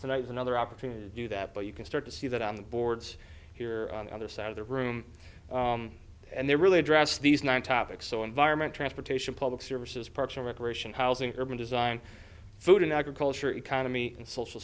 tonight is another opportunity to do that but you can start to see that on the boards here on the other side of the room and they're really address these nine topics so environment transportation public services parks and recreation housing urban design food and agriculture economy and social